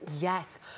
Yes